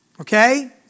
Okay